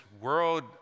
world